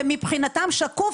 ומבחינתם שקוף,